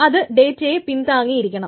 അത് ഡേറ്റയെ പിന്താങ്ങി ഇരിക്കണം